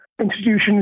institutions